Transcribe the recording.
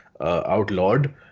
outlawed